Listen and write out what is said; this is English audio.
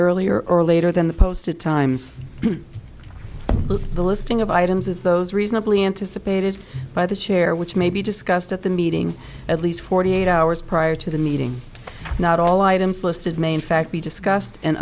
earlier or later than the posted times the listing of items is those reasonably anticipated by the chair which may be discussed at the meeting at least forty eight hours prior to the meeting not all items listed may in fact be discussed and